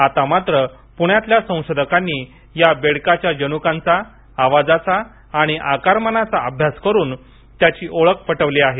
आता मात्र पुण्यातल्या संशोधकांनी या बेडकाच्या जनुकांचा आवाजाचा आणि आकारमानाचा अभ्यास करून त्याची ओळख पटवली आहे